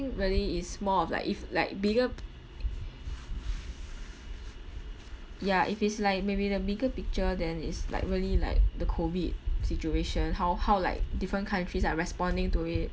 really is more of like if like bigger ya if it's like maybe the bigger picture then is like really like the COVID situation how how like different countries are responding to it